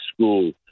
school